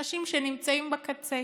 אנשים שנמצאים בקצה,